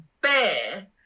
bear